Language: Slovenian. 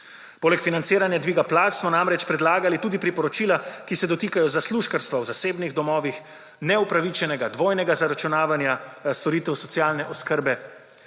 Poleg financiranja dviga plač smo namreč predlagali tudi priporočila, ki se dotikajo zaslužkarstva v zasebnih domovih, neupravičenega dvojnega zaračunavanja storitev socialne oskrbe,